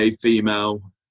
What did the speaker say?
female